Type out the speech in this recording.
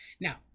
now